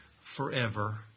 forever